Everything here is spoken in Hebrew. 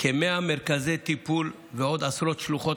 כ-100 מרכזי טיפול ועוד עשרות שלוחות